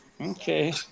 Okay